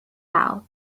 out